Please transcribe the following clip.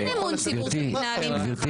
אין אמון ציבור כשמתנהלים ככה.